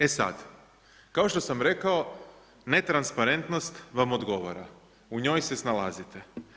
E sada kao što sam rekao netransparentnost vam odgovara u njoj se snalazite.